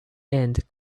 and